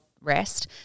rest